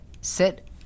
sit